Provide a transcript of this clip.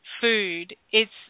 Food—it's